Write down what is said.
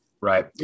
right